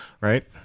right